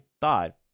thought